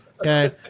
Okay